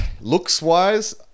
Looks-wise